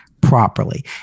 properly